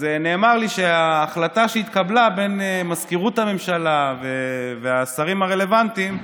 נאמר לי שההחלטה שהתקבלה בין מזכירות הממשלה לשרים הרלוונטיים,